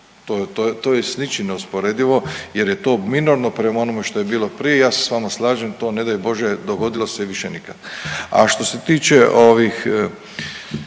to je s ničim neusporedivo jer je to minorno prema onome što je bilo prije. Ja se s vama slažem to ne daj Bože dogodilo se više nikad. A što se tiče ovih